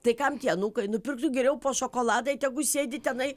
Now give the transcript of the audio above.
tai kam tie anūkai nupirktų geriau po šokoladą ir tegu sėdi tenai